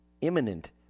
imminent